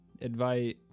Advice